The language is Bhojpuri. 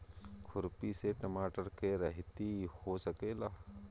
खुरपी से टमाटर के रहेती हो सकेला?